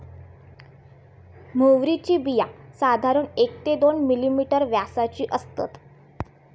म्होवरीची बिया साधारण एक ते दोन मिलिमीटर व्यासाची असतत